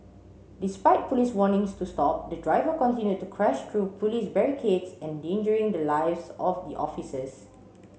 despite police warnings to stop the driver continued to crash through police barricades endangering the lives of the officers